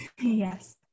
Yes